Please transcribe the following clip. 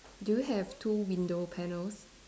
do you have two window panels